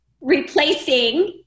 replacing